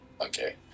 Okay